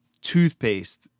toothpaste